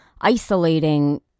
isolating